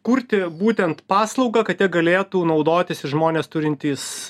kurti būtent paslaugą kad ja galėtų naudotis žmonės turintys